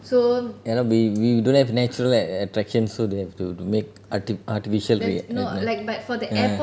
ya lah we we don't have natural at~ attractions so they have to make arti~ artificially like err like mm